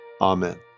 amen